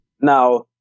Now